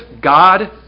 God